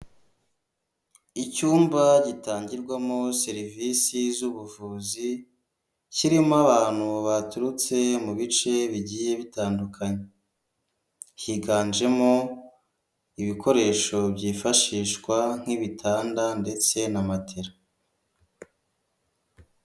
Icyumba gitangirwamo serivisi z'ubuvuzi kirimo abantu baturutse mu bice bigiye bitandukanye, higanjemo ibikoresho byifashishwa nk'ibitanda ndetse na matera.